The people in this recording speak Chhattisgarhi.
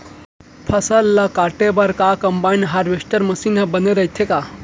फसल ल काटे बर का कंबाइन हारवेस्टर मशीन ह बने रइथे का?